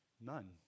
None